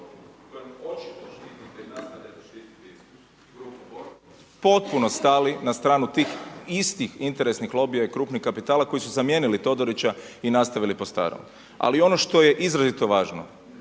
potpuno stali na stranu tih istih interesnih lobija i krupnog kapitala koji su zamijenili Todorića i nastavili po starom. Ali ono što je izrazito važno,